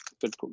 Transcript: good